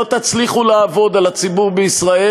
לא תצליחו לעבוד על הציבור בישראל,